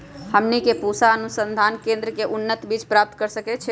हमनी के पूसा अनुसंधान केंद्र से उन्नत बीज प्राप्त कर सकैछे?